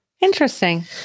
interesting